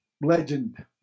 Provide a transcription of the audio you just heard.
legend